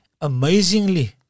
amazingly